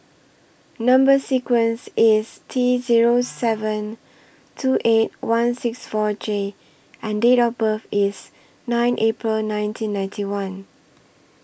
Number sequence IS T Zero seven two eight one six four J and Date of birth IS nine April nineteen ninety one